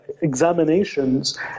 examinations